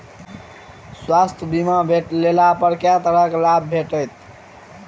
स्वास्थ्य बीमा लेबा पर केँ तरहक करके लाभ भेटत?